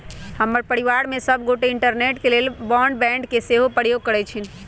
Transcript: हमर परिवार में सभ गोटे इंटरनेट के लेल ब्रॉडबैंड के सेहो प्रयोग करइ छिन्ह